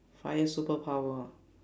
fire superpower